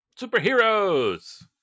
Superheroes